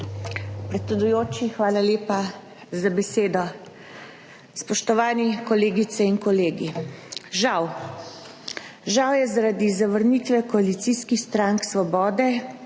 Predsedujoči, hvala lepa za besedo. Spoštovani kolegice in kolegi! Žal je zaradi zavrnitve koalicijskih strank Svoboda,